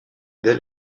dès